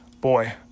Boy